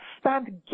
stand